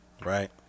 right